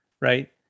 right